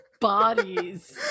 bodies